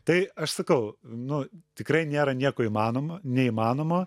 tai aš sakau nu tikrai nėra nieko įmanoma neįmanomo